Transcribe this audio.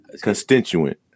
Constituent